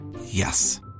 Yes